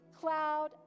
cloud